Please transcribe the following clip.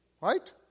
right